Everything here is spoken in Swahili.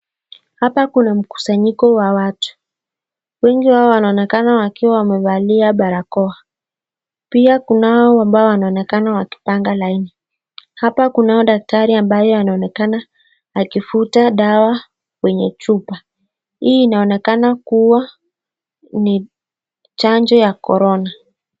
Hapa kuna mkusanyiko wa watu. Wengi wao wanaonekana wakiwa wamevalia barakoa. Pia kunao ambao wanaonekana wakipanga laini. Hapa kunao daktari ambaye anaonekana akivuta dawa kwenye chupa. Hii inaonekana kuwa ni chanjo ya corona.